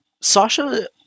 Sasha